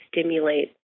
stimulate